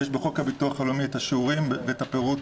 יש בחוק הביטוח הלאומי השיעורים והפירוט